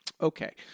okay